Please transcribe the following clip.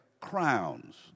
crowns